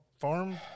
Farm